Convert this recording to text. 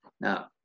Now